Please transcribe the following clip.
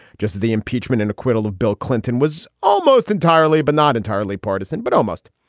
just as the impeachment and acquittal of bill clinton was almost entirely but not entirely partisan, but almost.